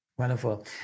Wonderful